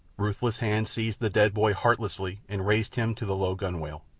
ruthless hands seized the dead boy heartlessly and raised him to the low gunwale.